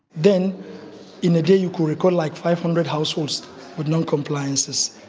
then in a day you could record like five hundred households with non-compliances,